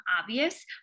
obvious